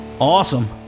Awesome